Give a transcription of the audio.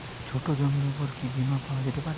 ছোট জমির উপর কি বীমা পাওয়া যেতে পারে?